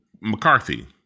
McCarthy